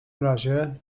razie